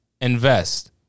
invest